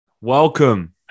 Welcome